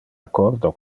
accordo